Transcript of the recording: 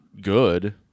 good